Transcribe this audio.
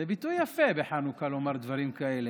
זה ביטוי יפה בחנוכה לומר דברים כאלה,